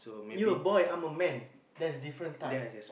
you're a boy I'm a man there's different type